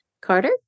Carter